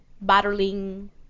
battling